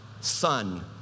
Son